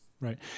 Right